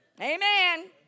amen